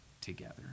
together